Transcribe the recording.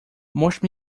mostre